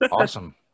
Awesome